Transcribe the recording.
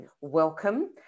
Welcome